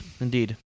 Indeed